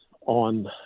on